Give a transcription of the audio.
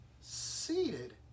seated